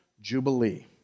jubilee